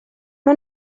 mae